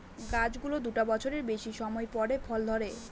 গাছ গুলোর দুটা বছরের বেশি সময় পরে ফল ধরে